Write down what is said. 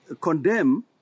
condemn